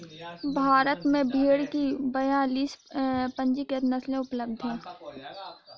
भारत में भेड़ की बयालीस पंजीकृत नस्लें उपलब्ध हैं